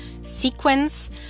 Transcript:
sequence